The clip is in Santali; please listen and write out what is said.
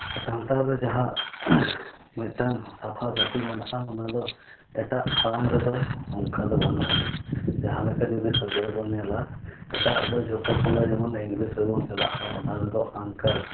ᱥᱟᱱᱛᱟᱲ ᱨᱮ ᱡᱟᱦᱟᱸ ᱢᱤᱫᱴᱟᱝ ᱥᱟᱯᱷᱟᱼᱥᱟᱯᱷᱤ ᱢᱮᱱᱟᱜᱼᱟ ᱚᱱᱟ ᱫᱚ ᱮᱴᱟᱜ ᱟᱲᱟᱝ ᱨᱮᱫᱚ ᱚᱱᱠᱟ ᱫᱚ ᱵᱟᱹᱱᱩᱜ ᱟᱹᱱᱤᱡ ᱡᱟᱦᱟᱸ ᱞᱮᱠᱟ ᱡᱩᱫᱤ ᱥᱟᱹᱜᱟᱹᱭ ᱵᱚᱱ ᱧᱮᱞᱟ ᱮᱴᱟᱜ ᱨᱮ ᱫᱚ ᱡᱚᱛᱚ ᱠᱚ ᱞᱟᱹᱭᱟ ᱡᱮᱢᱚᱱ ᱤᱝᱞᱤᱥ ᱥᱮᱫ ᱵᱚᱱ ᱪᱟᱞᱟᱜᱼᱟ ᱚᱱᱟ ᱨᱮᱫᱚ ᱟᱝᱠᱮᱞ